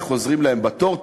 איך עוזרים להם בתור.